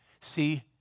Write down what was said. See